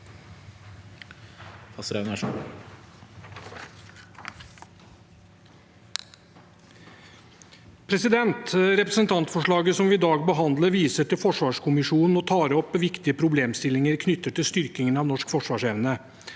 sa- ken): Representantforslaget som vi i dag behandler, viser til forsvarskommisjonen og tar opp viktige problemstillinger knyttet til styrkingen av norsk forsvarsevne.